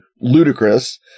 ludicrous